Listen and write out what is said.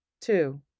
two